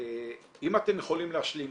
אם אתם יכולים להשלים,